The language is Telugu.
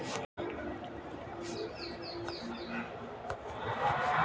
మార్కెటింగ్ అంటే ఏమిటి? రైతు తన పంటలకు మార్కెటింగ్ చేయాల్సిన అవసరం ఉందా?